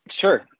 Sure